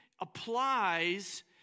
applies